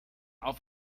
auf